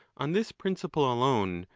on this principle alone,